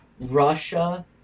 Russia